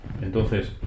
Entonces